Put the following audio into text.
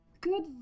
Good